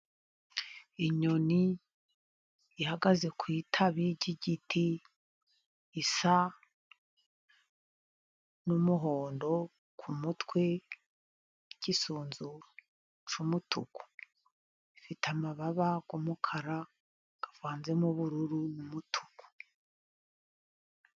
Inyoni ihagaze ku itabi ry'igiti isa n'umuhondo, ku mutwe ry'isunzu cy'umutuku. Ifite amababa kumukara kavanzemo ubururu n'umutuku.